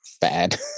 bad